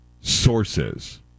sources